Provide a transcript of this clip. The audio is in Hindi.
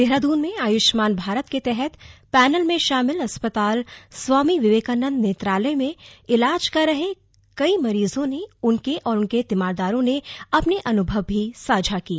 देहरादून में आयुष्मान भारत के तहत पैनल में शामिल अस्पताल स्वामी विवेकानंद नेत्रालय में ईलाज करा रहे कई मरीजों ने और उनके तीमारदारों ने अपने अनुभव साझा किए